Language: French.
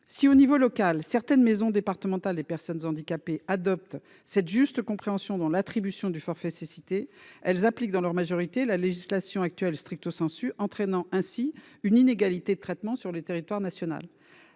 Si à l’échelon local certaines maisons départementales des personnes handicapées (MDPH) adoptent cette juste compréhension dans l’attribution du forfait cécité, elles appliquent dans leur majorité la législation actuelle , entraînant ainsi une inégalité de traitement sur le territoire national.